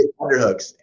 underhooks